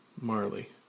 Marley